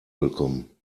willkommen